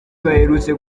baherutse